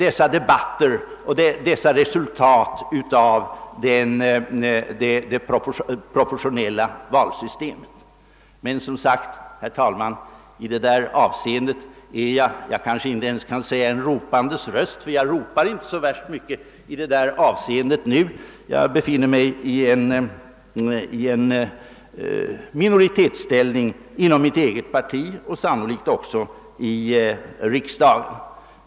I detta avseende kan jag, herr talman, kanske inte ens kalla mig en ropandes röst — jag ropar inte så mycket om det nu — utan jag kanske snarare borde säga att jag befinner mig i minoritetsställning inom mitt eget parti och sannolikt ock. så i riksdagen.